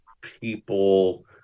people